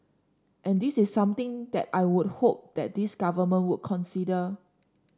and this is something that I would hope that this Government would consider